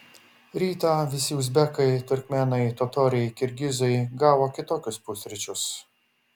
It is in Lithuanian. rytą visi uzbekai turkmėnai totoriai kirgizai gavo kitokius pusryčius